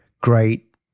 great